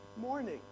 morning